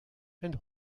and